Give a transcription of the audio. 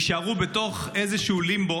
אלה שלא מתגייסים יישארו בתוך איזשהו לימבו